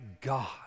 God